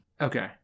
Okay